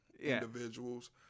individuals